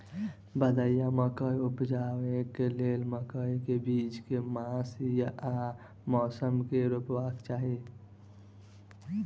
भदैया मकई उपजेबाक लेल मकई केँ बीज केँ मास आ मौसम मे रोपबाक चाहि?